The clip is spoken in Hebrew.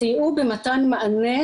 ביום בהיר אחד זה נפל עליכם.